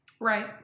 Right